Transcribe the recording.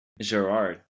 Gerard